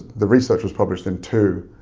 the research was published in two